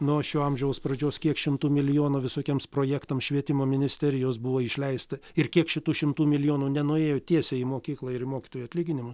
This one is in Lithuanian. nuo šio amžiaus pradžios kiek šimtų milijonų visokiems projektams švietimo ministerijos buvo išleista ir kiek šitų šimtų milijonų nenuėjo tiesiai į mokyklą ir į mokytojų atlyginimą